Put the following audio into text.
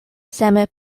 same